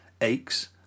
aches